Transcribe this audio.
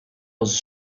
was